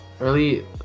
early